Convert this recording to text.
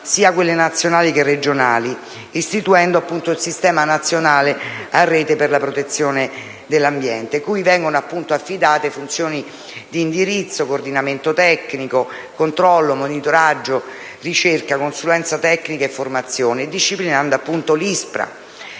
sia quelle regionali che nazionali, istituendo il Sistema nazionale a rete per la protezione dell'ambiente, cui vengono affidate funzioni di indirizzo, coordinamento tecnico, controllo, monitoraggio, ricerca, consulenza tecnica e formazione e disciplinando l'ISPRA.